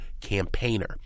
Campaigner